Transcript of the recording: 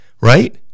right